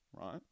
right